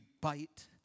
bite